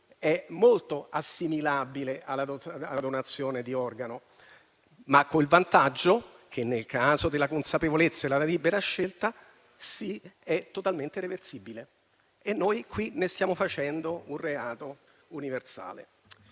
è molto assimilabile alla donazione di organo, ma con il vantaggio che, nel caso della consapevolezza e della libera scelta, è totalmente reversibile e noi qui ne stiamo facendo un reato universale.